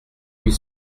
huit